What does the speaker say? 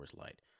Light